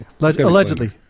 Allegedly